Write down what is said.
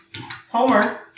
Homer